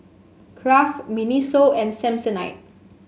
Kraft Miniso and Samsonite